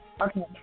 Okay